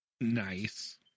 Nice